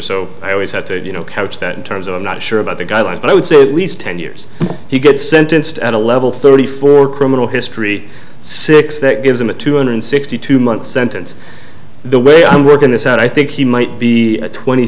so i always had to you know couch that in terms of i'm not sure about the guidelines but i would say at least ten years he gets sentenced at a level thirty for criminal history six that gives him a two hundred sixty two month sentence the way i'm working this out i think he might be twenty